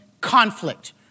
conflict